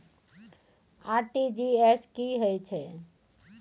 RTG S की है छै?